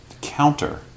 counter